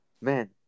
man